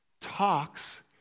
talks